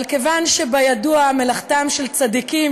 אבל כיוון שבידוע מלאכתם של צדיקים,